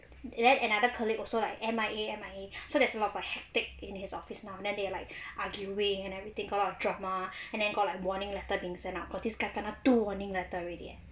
and then another colleague also like M_I_A M_I_A so there's a lot of hectic in his office now then they like arguing and everything got a lot of drama and then got like warning letters being sent out then got this guy kena two warning letters already eh